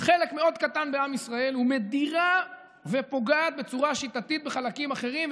חלק מאוד קטן בעם ישראל ומדירה ופוגעת בצורה שיטתית בחלקים אחרים.